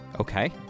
Okay